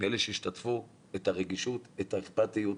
מאלה שהשתתפו את הרגישות, את האכפתיות,